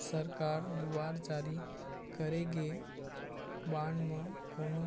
सरकार दुवार जारी करे गे बांड म कोनो